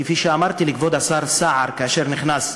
כפי שאמרתי לכבוד השר סער כאשר הוא נכנס למשרד,